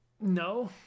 No